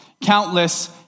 countless